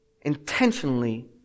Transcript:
intentionally